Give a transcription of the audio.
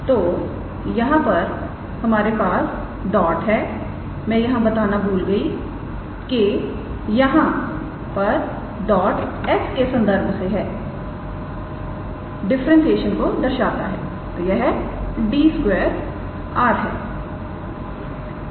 तोयहां पर हमारे पास डॉट है मैं यहां बताना भूल गई कि यहां पर डॉट s के संदर्भ से डिफरेंशिएशन को दर्शाता है तो यह 𝑑 2 है